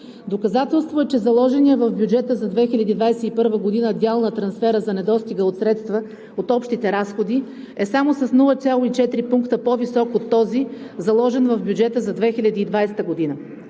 Доказателство е, че заложеният в бюджета за 2021 г. дял на трансфера за недостига от средства от общите разходи е само с 0,4 пункта по-висок от този, заложен в бюджета за 2020 г.